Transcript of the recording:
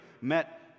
met